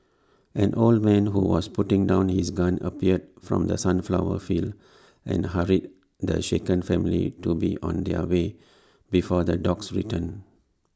an old man who was putting down his gun appeared from the sunflower fields and hurried the shaken family to be on their way before the dogs return